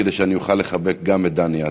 כדי שגם אני אוכל לחבק את דני עטר.